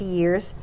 years